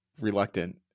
reluctant